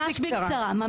בקצרה, ממש בקצרה.